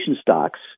stocks